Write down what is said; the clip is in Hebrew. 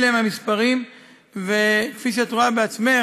אלה הם המספרים וכפי שאת רואה בעצמך,